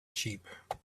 sheep